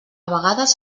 vegades